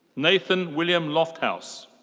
nathan william lofthouse.